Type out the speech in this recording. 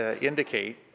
indicate